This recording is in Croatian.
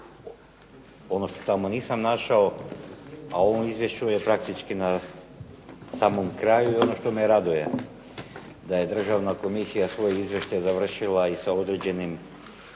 ono što tamo nisam našao, a u ovom izvješću je praktički na samom kraju, i ono što me raduje da je državna komisija svoj izvještaj završila i sa određenim